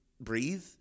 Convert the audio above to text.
breathe